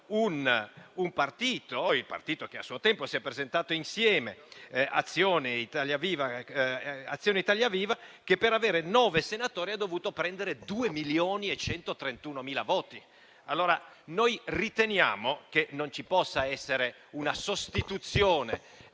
un partito - il partito che, a suo tempo, si è presentato insieme: Azione-Italia Viva - che, per avere nove senatori, ha dovuto prendere 2,131 milioni di voti. Noi riteniamo che non ci possa essere una sostituzione